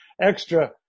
extra